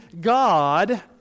God